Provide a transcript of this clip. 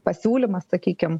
pasiūlymas sakykim